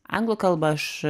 anglų kalbą aš